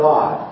God